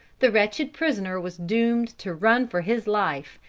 the wretched prisoner was doomed to run for his life,